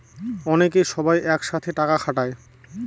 অনেকে সবাই এক সাথে টাকা খাটায়